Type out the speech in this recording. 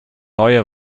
neue